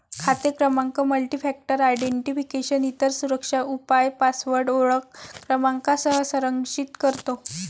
खाते क्रमांक multifactor identification, इतर सुरक्षा उपाय पासवर्ड ओळख क्रमांकासह संरक्षित करतो